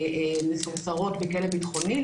מסורסרות בכלא בטחוני,